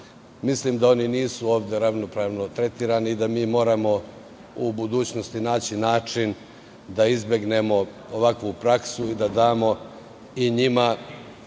Mislim da oni nisu ovde ravnopravno tretirani i da moramo u budućnosti naći način da izbegnemo ovakvu praksu i da damo i njima